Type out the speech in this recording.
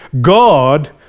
God